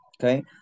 Okay